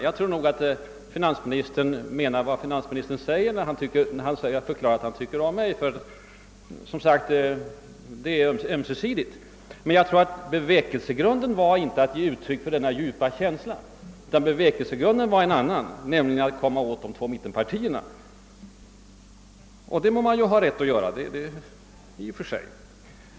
Jag tror nog att finansministern menar vad han säger när han förklarar att han tycker om mig, det är som sagt ömse sidigt. Men motivet var nog inte enbart att ge uttryck för denna djupa känsla utan att komma åt de två mittenpartierna. Och det må man i och för sig ha rätt att göra.